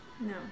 No